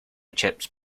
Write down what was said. chips